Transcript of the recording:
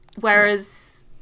Whereas